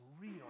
real